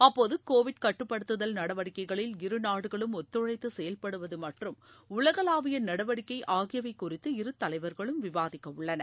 அப்போது கோவிட் கட்டுப்படுத்துதல் நடவடிக்கைகளில் இருநாடுகளும் ஒத்துழைத்து செயல்படுவது மற்றும் உலகளாவிய நடவடிக்கை ஆகியவை குறித்து இரு தலைவர்களும் விவாதிக்க உள்ளனர்